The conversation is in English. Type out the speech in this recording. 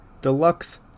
deluxe